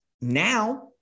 Now